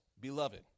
beloved